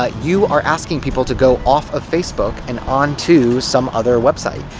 ah you are asking people to go off of facebook and onto some other website.